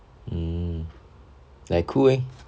mm like cool eh